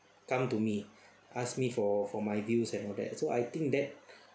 come to me asked me for for my views and all that so I think that